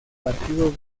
partido